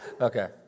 Okay